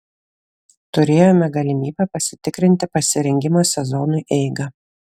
turėjome galimybę pasitikrinti pasirengimo sezonui eigą